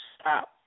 stop